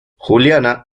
juliana